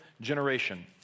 generation